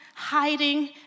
hiding